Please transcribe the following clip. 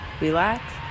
relax